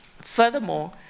Furthermore